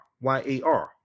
y-a-r